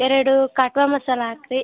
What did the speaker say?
ಎರಡು ಕಾಟ್ವ ಮಸಾಲ ಹಾಕ್ರಿ